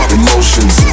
emotions